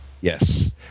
yes